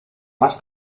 más